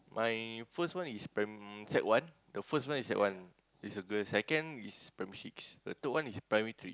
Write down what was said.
my first one is pri~ sec one the first one is sec one is a girl second is primary six the third one is primary three